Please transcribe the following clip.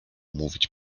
mówić